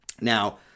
Now